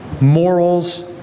Morals